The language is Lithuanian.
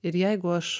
ir jeigu aš